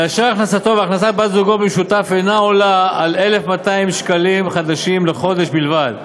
ואשר הכנסתו והכנסת בת-זוגו במשותף אינה עולה על 1,200 ש"ח לחודש בלבד,